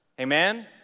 Amen